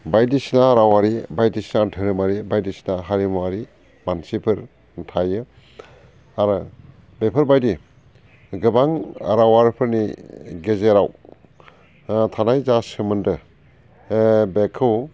बायदिसिना रावारि बायदिसिना धोरोमारि बायदिसिना हारिमुवारि मानसिफोर थायो आरो बेफोरबायदि गोबां रावारिफोरनि गेजेराव थानाय जा सोमोन्दो बेखौ